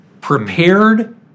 prepared